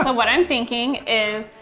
what i'm thinking is,